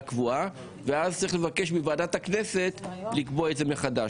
קבועה ואז צריך לבקש מוועדת הכנסת לקבוע זאת מחדש.